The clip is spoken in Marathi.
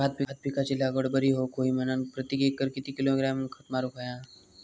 भात पिकाची लागवड बरी होऊक होई म्हणान प्रति एकर किती किलोग्रॅम खत मारुक होया?